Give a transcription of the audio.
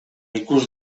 ikus